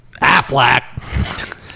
Affleck